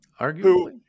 Arguably